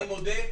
אני מודה,